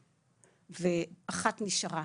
עבורו, ואחת נשארה,